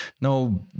no